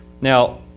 Now